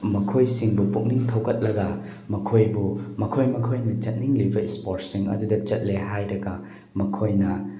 ꯃꯈꯣꯏꯁꯤꯡꯕꯨ ꯄꯨꯛꯅꯤꯡ ꯊꯧꯒꯠꯂꯒ ꯃꯈꯣꯏꯕꯨ ꯃꯈꯣꯏ ꯃꯈꯣꯏꯅ ꯆꯠꯅꯤꯡꯂꯤꯕ ꯏꯁꯄꯣꯔꯠꯁꯤꯡ ꯑꯗꯨꯗ ꯆꯠꯂꯦ ꯍꯥꯏꯔꯒ ꯃꯈꯣꯏꯅ